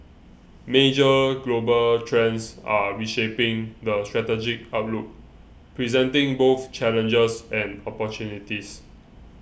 major global trends are reshaping the strategic outlook presenting both challenges and opportunities